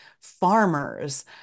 farmers